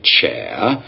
chair